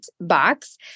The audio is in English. box